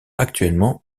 actuellement